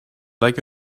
like